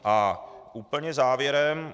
A úplně závěrem.